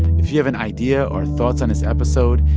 if you have an idea or thoughts on this episode,